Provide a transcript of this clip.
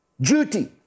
duty